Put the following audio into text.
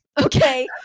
Okay